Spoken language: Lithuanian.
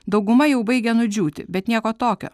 dauguma jau baigia nudžiūti bet nieko tokio